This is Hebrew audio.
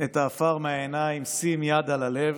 את העפר מהעיניים, / שים יד על הלב,